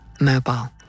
mobile